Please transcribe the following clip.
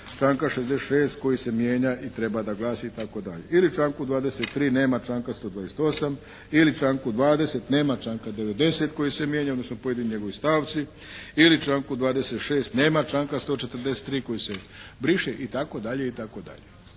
članka 66. koji se mijenja i treba da glasi itd. Ili članku 23. nema članka 128. Ili članku 20. nema članka 90. koji se mijenja odnosno pojedini njegovi stavci. Ili članku 26. nema članka 143. koji se briše itd.